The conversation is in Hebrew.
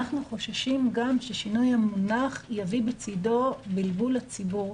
אנחנו חוששים שהשינוי יביא בצדו בלבול לציבור.